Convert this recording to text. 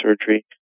surgery